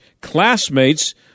classmates